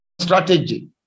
Strategy